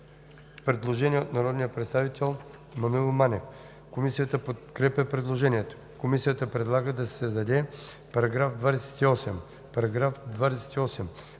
Предложение на народния представител Маноил Манев. Комисията подкрепя предложението. Комисията предлага да се създаде § 28: „§ 28.